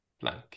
blank